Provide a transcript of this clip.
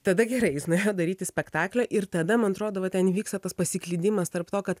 tada gerai jis nuėjo daryti spektaklio ir tada man atrodo va ten įvyksta pas pasiklydimas tarp to kad